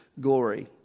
glory